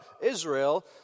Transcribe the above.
Israel